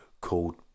called